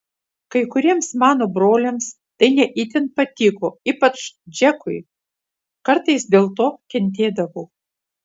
kai kuriems mano broliams tai ne itin patiko ypač džekui kartais dėl to kentėdavau